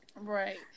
right